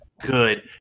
good